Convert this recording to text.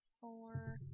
four